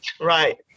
Right